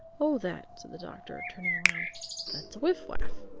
oh that, said the doctor, turning round that's a wiff-waff.